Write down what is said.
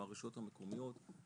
מהרשות המקומיות,